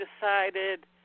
decided